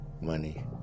money